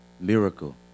miracle